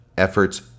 Efforts